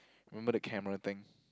remember the camera thing